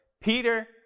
Peter